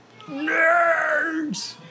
Nerds